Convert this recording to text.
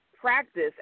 practice